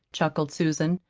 chuckled susan.